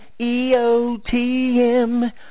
EOTM